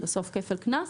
בסוף כפל קנס,